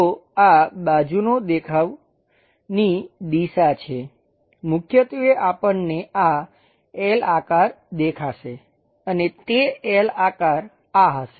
તો આ બાજુનાં દેખાવની દિશા છે મુખ્યત્વે આપણને આ L આકાર દેખાશે અને તે L આકાર આ હશે